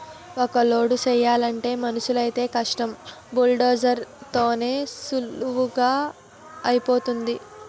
ఊక లోడు చేయలంటే మనుసులైతేయ్ కష్టం బుల్డోజర్ తోనైతే పనీసులువుగా ఐపోతాది